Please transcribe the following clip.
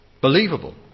Believable